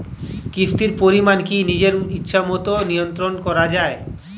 কিস্তির পরিমাণ কি নিজের ইচ্ছামত নিয়ন্ত্রণ করা যায়?